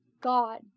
god